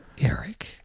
Eric